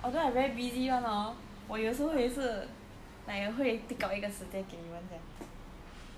although I very busy [one] hor 我有时候也会是 like 也会 pick up 一个时间给你们这样